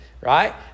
right